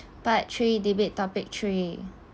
part three debate topic three